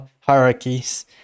hierarchies